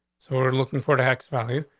so we're looking for tax value,